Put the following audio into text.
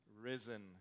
risen